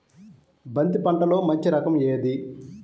బంతి పంటలో మంచి రకం ఏది?